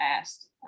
asked